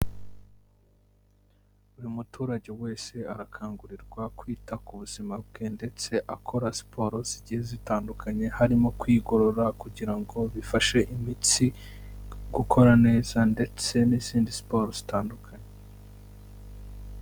Buri muturage wese arakangurirwa kwita ku buzima bwe ndetse akora siporo zigiye zitandukanye, harimo kwigorora kugira ngo bifashe imitsi gukora neza ndetse n'izindi siporo zitandukanye.